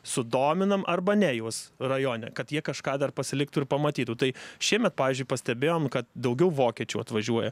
sudominam arba ne juos rajone kad jie kažką dar pasiliktų ir pamatytų tai šiemet pavyzdžiui pastebėjom kad daugiau vokiečių atvažiuoja